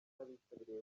n’abitabiriye